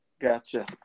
Gotcha